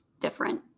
different